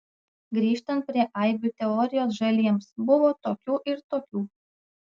grįžtant prie aibių teorijos žaliems buvo tokių ir tokių